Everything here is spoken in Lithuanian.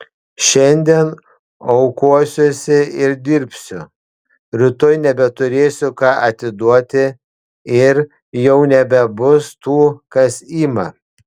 šiandien aukosiuosi ir dirbsiu rytoj nebeturėsiu ką atiduoti ir jau nebebus tų kas ima